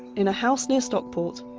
in a house near stockport,